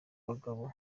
bagabo